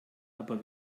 aber